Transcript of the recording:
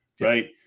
right